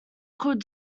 could